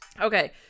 Okay